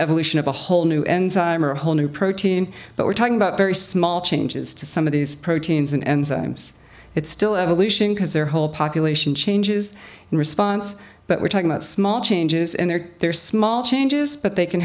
evolution of a whole new enzyme or a whole new protein but we're talking about very small changes to some of these proteins and enzymes it's still evolution because their whole population changes in response but we're talking about small changes and they're they're small changes but they can